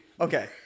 Okay